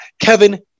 Kevin